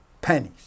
pennies